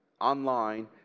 online